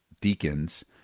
deacons